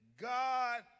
God